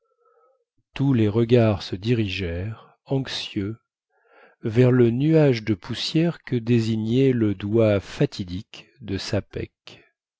tous les regards se dirigèrent anxieux vers le nuage de poussière que désignait le doigt fatidique de